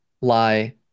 lie